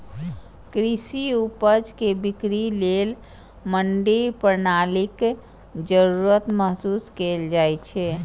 कृषि उपज के बिक्री लेल मंडी प्रणालीक जरूरत महसूस कैल जाइ छै